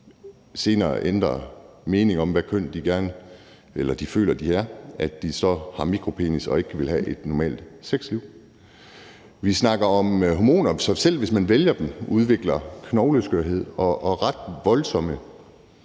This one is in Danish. de senere ændrer mening om, hvad køn de føler de er, vil have mikropenis og ikke vil kunne have et normalt sexliv. Vi snakker om hormoner, som, selv hvis man vælger dem, kan gøre, at man udvikler knogleskørhed, og som har ret